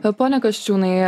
bet pone kasčiūnai